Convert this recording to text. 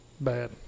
bad